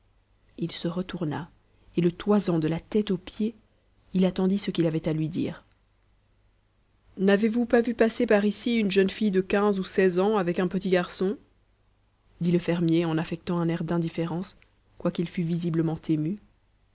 il se retourna et le toisant de la tête aux pieds il attendit ce qu'il avait à lui dire n'avez-vous pas vu passer par ici une jeune fille de quinze ou seize ans avec un petit garçon dit le fermier en affectant un air d'indifférence quoiqu'il fût visiblement ému